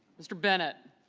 mr. bennett